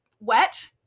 wet